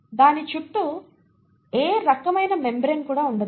దాని చుట్టూ ఏ రకమైన మెంబ్రేన్ కూడా ఉండదు